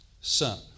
son